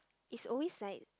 it's always like